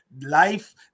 Life